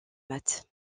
matt